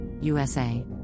USA